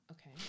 Okay